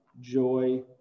joy